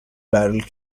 barrel